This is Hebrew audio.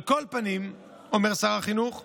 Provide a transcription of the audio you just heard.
על כל פנים, אומר שר החינוך,